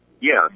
yes